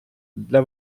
для